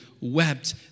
wept